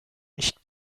nicht